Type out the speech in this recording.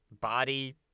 body